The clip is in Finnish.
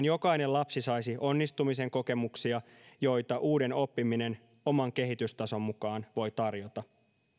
jokainen lapsi saisi onnistumisen kokemuksia joita uuden oppiminen oman kehitystason mukaan voi tarjota